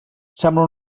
sembla